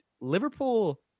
Liverpool